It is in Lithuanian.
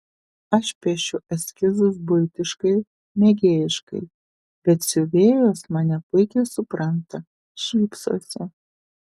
aš piešiu eskizus buitiškai mėgėjiškai bet siuvėjos mane puikiai supranta šypsosi